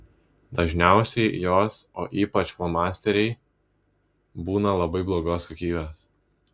dažniausiai jos o ypač flomasteriai būna labai blogos kokybės